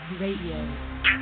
radio